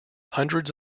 hundreds